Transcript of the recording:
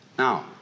Now